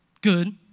Good